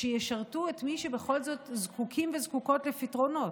שישרתו את מי שבכל זאת זקוקים וזקוקות לפתרונות.